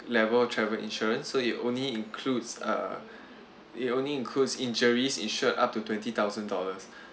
level travel insurance so it only includes uh it only includes injuries insured up to twenty thousand dollars